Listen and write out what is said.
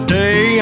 day